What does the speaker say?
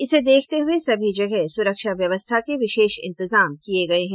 इसे देखते हए सभी जगह सुरक्षा व्यवस्था के विशेष इन्तजाम किए गए है